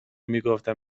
میگفت